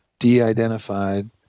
de-identified